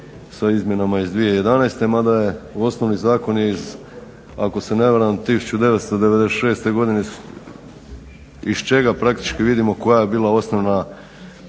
sa izmjenama iz 2011. mada je osnovni zakon iz, ako se ne varam 1996. godine iz čega praktički vidimo koja je bila osnovna